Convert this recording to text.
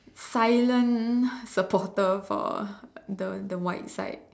silent supporter for the the white side